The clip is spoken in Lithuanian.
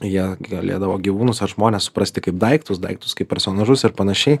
jie galėdavo gyvūnus ar žmones suprasti kaip daiktus daiktus kaip personažus ir panašiai